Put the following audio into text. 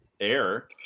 air